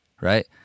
right